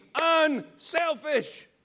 unselfish